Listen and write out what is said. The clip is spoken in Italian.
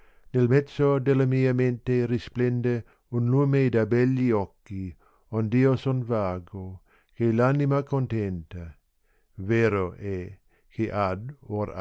nel mezzo della mia mente risplende un lume da begli occhi ond io son vago che r anima contenta vero è che ad or